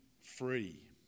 free